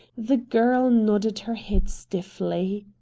the girl nodded her head stiffly.